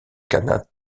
khanat